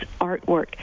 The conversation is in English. artwork